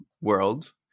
world